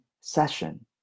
session